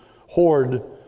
hoard